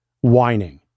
whining